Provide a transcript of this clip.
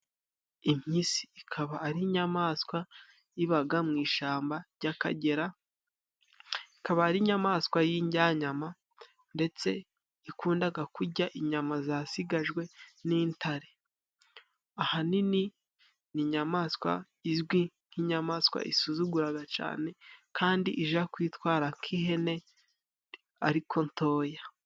Impyisi ikaba ari inyamaswa ibaga mu ishamba ry'Akagera, akaba ari inyamaswa y'indyanyama ndetse ikundaga kurya inyama zasigajwe n'intare, ahanini ni inyamaswa izwi nk'inyamaswa isuzuguraga cane, kandi ija kwitwara nk'ihene ariko ntoya.